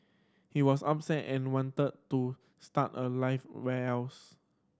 he was upset and wanted to start a life where else